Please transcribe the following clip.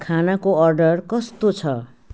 खानाको अर्डर कस्तो छ